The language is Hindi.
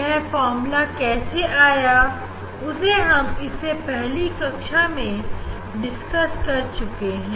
यह फार्मूला कैसे आया उसे हम इसे पहले की कक्षा में डिस्कस कर चुके हैं